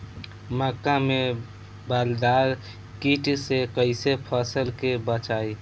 मक्का में बालदार कीट से कईसे फसल के बचाई?